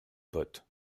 pote